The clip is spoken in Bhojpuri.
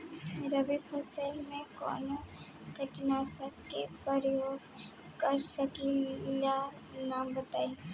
रबी फसल में कवनो कीटनाशक के परयोग कर सकी ला नाम बताईं?